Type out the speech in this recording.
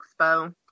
Expo